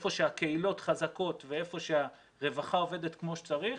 איפה שהקהילות חזקות ואיפה שהרווחה עובדת כמו שצריך,